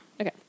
Okay